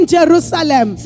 Jerusalem